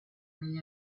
negli